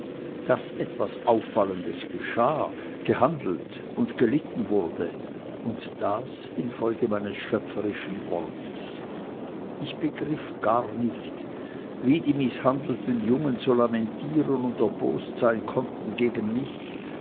daß etwas auffallendes geschah gehandelt und gelitten wurde und das infolge meines schöpferischen wortes ich begriff gar nicht wie die mißhandelten jungen so lamentieren und erbost sein konnten gegen mich